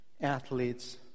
athletes